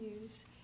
news